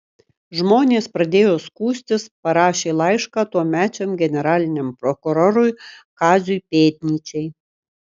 žmonės pradėjo skųstis parašė laišką tuomečiam generaliniam prokurorui kaziui pėdnyčiai